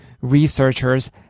Researchers